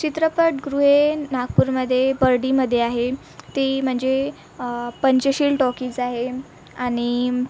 चित्रपटगृहे नागपूरमध्ये बर्डीमध्ये आहे ती म्हणजे पंचशील टाॅकीज आहे आणि